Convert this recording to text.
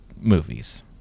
movies